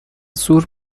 زور